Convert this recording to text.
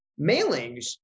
mailings